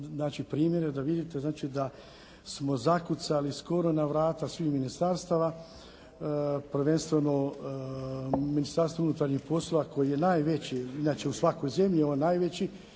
da vidite znači da smo zakucali skoro na vrata svih ministarstava prvenstveno Ministarstva unutarnjih poslova koji je najveći inače u svakoj zemlji je on najveći